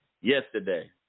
yesterday